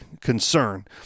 concern